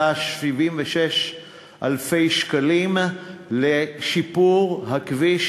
שקלים לשיפור הכביש.